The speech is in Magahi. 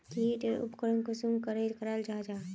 की टेर उपकरण कुंसम करे कराल जाहा जाहा?